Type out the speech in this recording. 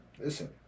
Listen